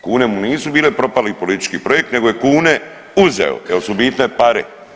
Kune mu nisu bile propali politički projekt nego je kune uzeo jel su bitne pare.